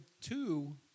two